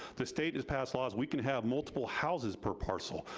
the state has passed laws we can have multiple houses per parcel,